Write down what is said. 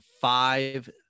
five